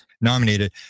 nominated